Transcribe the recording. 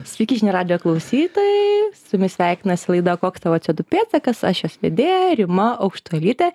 sveiki žinių radijo klausytojai su jumis sveikinasi laida koks tavo c o du pėdsakas aš jos vedėja rima aukštuolytė